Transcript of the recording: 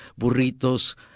burritos